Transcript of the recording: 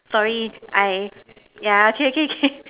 sorry I yeah okay okay